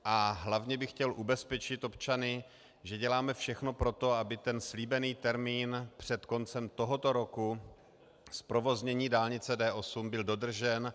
A hlavně bych chtěl ubezpečit občany, že děláme všechno pro to, aby slíbený termín před koncem tohoto roku zprovoznění dálnice D8 byl dodržen.